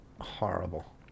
Horrible